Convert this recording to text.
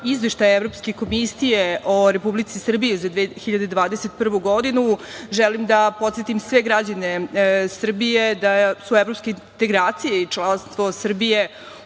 Izveštaja Evropske komisije o Republici Srbiji za 2021. godinu, želim da podsetim sve građane Srbije da su evropske integracije i članstvo Srbije